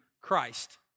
Christ